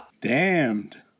Damned